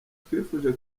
twifuje